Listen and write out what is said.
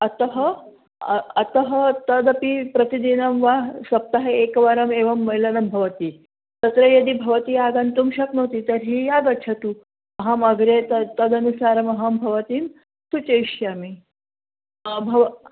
अतः अतः तदपि प्रतिदिनं वा सप्ताहे एकवारम् एव मेलनं भवति तत्र यदि भवती आगन्तुं शक्नोति तर्हि आगच्छतु अहमग्रे तत् तदनुसारमहं भवतीं सूचयिष्यामि भव